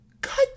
God